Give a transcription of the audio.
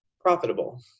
profitable